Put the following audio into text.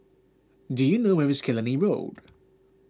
do you know where is Killiney Road